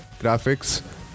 graphics